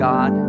God